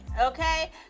okay